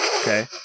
Okay